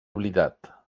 oblidat